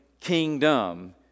kingdom